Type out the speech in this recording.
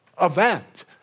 event